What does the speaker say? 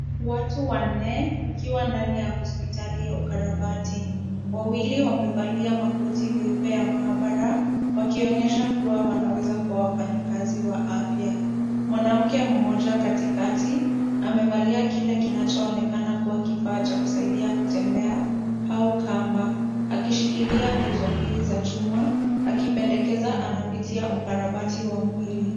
Watu wanne wakiwa ndani ya hospitali ya ukarabati. Wawili wamevalia makoti meupe ya mahabara wakionyesha kuwa wanaweza kuwa wafanyakazi wa afya. Mwanamke mmoja katikati amevalia kile kinachoonekana kuwa kifaa cha kusaidia kutembea au kamba akishikilia nguzo mbili za chuma akipendekeza anapitia ukarabati wa mwili.